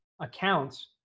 accounts